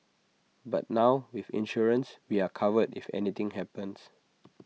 but now with insurance we are covered if anything happens